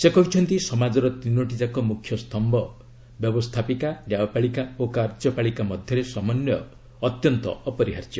ସେ କହିଛନ୍ତି ସମାଜର ତିନୋଟିଯାକ ମୁଖ୍ୟ ସ୍ତୟ ବ୍ୟବସ୍ଥାପିକା ନ୍ୟାୟପାଳିକା ଓ କାର୍ଯ୍ୟପାଳିକା ମଧ୍ୟରେ ସମନ୍ୱୟ ଅତ୍ୟନ୍ତ ଅପରିହାର୍ଯ୍ୟ